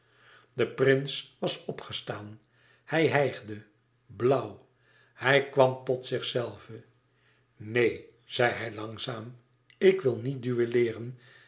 de prins was opgestaan hij hijgde blauw hij kwam tot zichzelven neen zeide hij langzaam ik wil niet duelleeren